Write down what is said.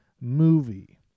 movie